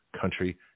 country